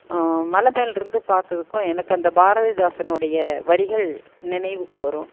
மலை மேல்ருந்து பார்த்ததுக்கும் எனக்கு அந்த பாரதிதாசனுடைய வரிகள் நினைவுக்கு வரும்